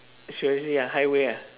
seriously ah highway ah